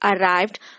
arrived